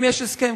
אם יש הסכם,